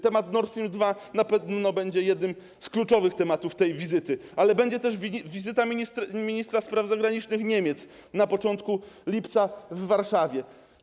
Temat Nord Stream 2 na pewno będzie jednym z kluczowych tematów tej wizyty, ale będzie też wizyta ministra spraw zagranicznych Niemiec na początku lipca w Warszawie.